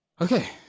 Okay